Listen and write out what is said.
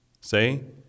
Say